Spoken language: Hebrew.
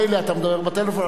מילא אתה מדבר בטלפון,